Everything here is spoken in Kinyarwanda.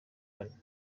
kane